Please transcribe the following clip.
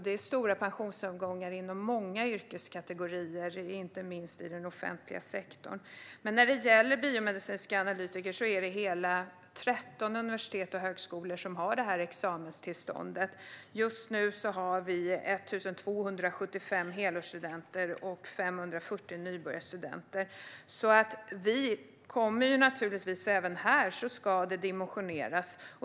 Det är stora pensionsavgångar inom många yrkeskategorier, inte minst i den offentliga sektorn. Men när det gäller biomedicinska analytiker är det hela 13 universitet och högskolor som har examenstillstånd. Just nu har vi 1 275 helårsstudenter och 540 nybörjarstudenter. Även här ska det dimensioneras.